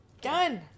Done